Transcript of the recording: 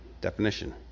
Definition